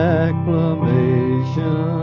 acclamation